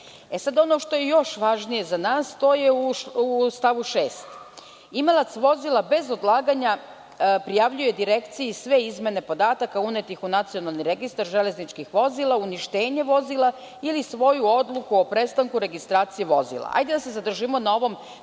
jasno. Ono što je još važnije za nas, to je u stavu 6. koji glasi: „Imalac vozila bez odlaganja prijavljuje Direkciji sve izmene podataka unetih u Nacionalni registar železničkih vozila, uništenje vozila ili svoju odluku o prestanku registracije vozila“. Hajde da se zadržimo na ovom